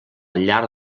llar